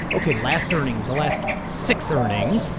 ok, last earnings, the last six earnings,